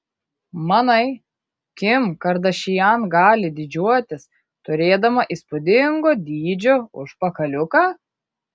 manai kim kardašian gali didžiuotis turėdama įspūdingo dydžio užpakaliuką